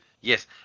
yes